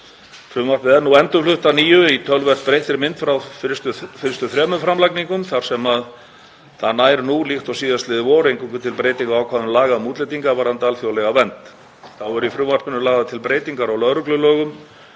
Frumvarpið er nú endurflutt að nýju en í töluvert breyttri mynd frá fyrstu þremur framlagningum þar sem það nær nú, líkt og síðastliðið vor, eingöngu til breytinga á ákvæðum laga um útlendinga varðandi alþjóðlega vernd. Þá eru í frumvarpinu lagðar til breytingar á lögreglulögum,